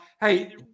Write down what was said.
Hey